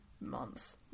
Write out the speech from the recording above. months